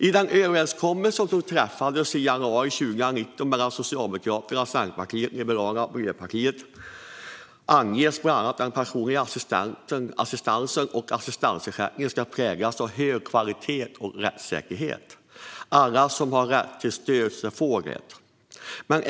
I den överenskommelse som träffades i januari 2019 mellan Socialdemokraterna, Centerpartiet, Liberalerna och Miljöpartiet anges bland annat att den personliga assistansen och assistansersättningen ska präglas av hög kvalitet och rättssäkerhet. Alla som har rätt till stöd ska få det.